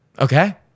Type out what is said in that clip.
Okay